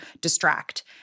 distract